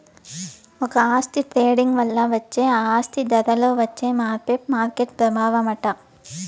ఒక ఆస్తి ట్రేడింగ్ వల్ల ఆ ఆస్తి ధరలో వచ్చే మార్పే మార్కెట్ ప్రభావమట